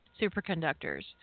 superconductors